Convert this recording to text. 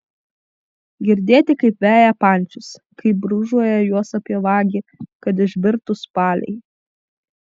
girdėti kaip veja pančius kaip brūžuoja juos apie vagį kad išbirtų spaliai